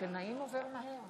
הנושא הבא על סדר-היום שלנו,